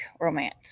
romance